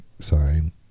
sign